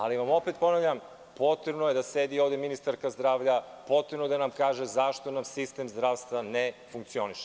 Ali vam opet ponavljam, potrebno je da sedi ovde ministarka zdravlja, potrebno je da kaže zašto nam sistem zdravstva ne funkcioniše.